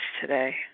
today